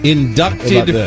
Inducted